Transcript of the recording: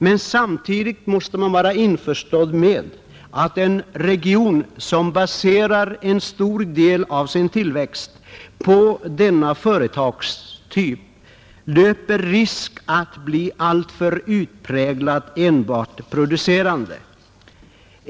Men samtidigt måste man vara införstådd med att en region som baserar en stor del av sin tillväxt på denna företagstyp löper risk att bli alltför utpräglat enbart producerande.